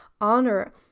honor